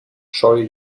scheu